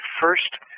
first